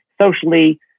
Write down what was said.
socially